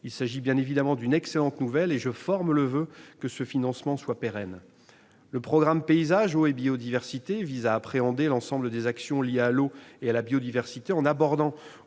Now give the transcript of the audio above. Il s'agit bien évidemment d'une excellente nouvelle, et je forme le voeu que ce financement soit pérenne. Le programme 113, « Paysages, eau et biodiversité », appréhende l'ensemble des actions liées à l'eau et à la biodiversité, qu'il